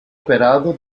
operado